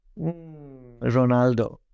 Ronaldo